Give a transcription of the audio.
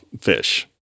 fish